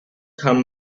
come